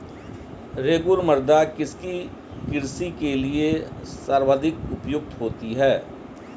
रेगुड़ मृदा किसकी कृषि के लिए सर्वाधिक उपयुक्त होती है?